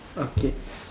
okay